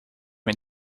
een